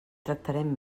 tractarem